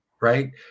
right